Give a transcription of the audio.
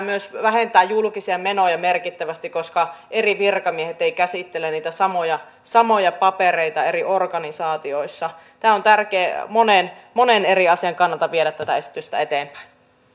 myös vähentää julkisia menoja merkittävästi koska eri virkamiehet eivät käsittele niitä samoja samoja papereita eri organisaatioissa on tärkeää monen monen eri asian kannalta viedä tätä esitystä eteenpäin